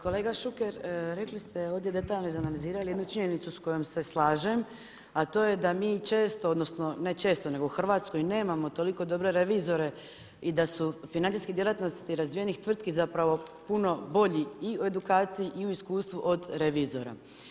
Kolega Šuker, rekli ste ovdje detaljno izanalizirali jednu činjenicu s kojom se slažem, a to je da mi često odnosno ne često nego u Hrvatskoj nemamo toliko dobre revizore i da su financijske djelatnosti razvijenih tvrtki puno bolji i u edukciji i u iskustvu od revizora.